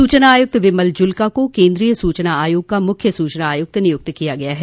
स्चना आयुक्त बिमल जुल्का को केन्द्रीय सूचना आयोग का मुख्य सूचना आयुक्त नियुक्त किया गया है